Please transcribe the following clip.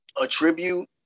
attribute